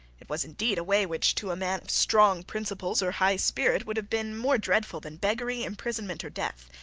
it was indeed a way which, to a man of strong principles or high spirit, would have been more dreadful than beggary, imprisonment, or death.